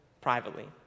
privately